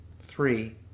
Three